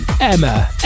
Emma